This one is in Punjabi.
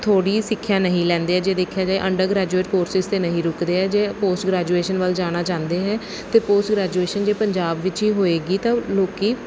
ਥੋੜ੍ਹੀ ਸਿੱਖਿਆ ਨਹੀਂ ਲੈਂਦੇ ਜੇ ਦੇਖਿਆ ਜਾਏ ਅੰਡਰ ਗ੍ਰੈਜੂਏਟ ਕੋਰਸਿਸ 'ਤੇ ਨਹੀਂ ਰੁਕਦੇ ਹੈ ਜੇ ਪੋਸਟ ਗ੍ਰੈਜੂਏਸ਼ਨ ਵੱਲ ਜਾਣਾ ਚਾਹੁੰਦੇ ਹੈ ਅਤੇ ਪੋਸਟ ਗ੍ਰੈਜੂਏਸ਼ਨ ਜੇ ਪੰਜਾਬ ਵਿੱਚ ਹੀ ਹੋਏਗੀ ਤਾਂ ਲੋਕ